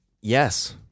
Yes